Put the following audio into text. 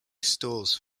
stores